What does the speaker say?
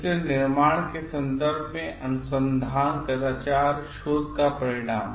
इसलिए निर्माण के संदर्भ में अनुसंधान कदाचार शोध का परिणाम